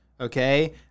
okay